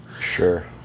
Sure